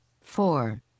four